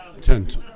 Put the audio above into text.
Tent